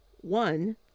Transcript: one